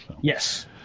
Yes